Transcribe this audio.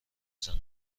زنم